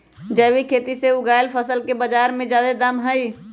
जैविक खेती से उगायल फसल के बाजार में जादे दाम हई